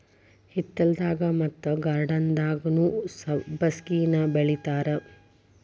ಹಿತ್ತಲದಾಗ ಮತ್ತ ಗಾರ್ಡನ್ದಾಗುನೂ ಸಬ್ಬಸಿಗೆನಾ ಬೆಳಿತಾರ